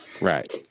Right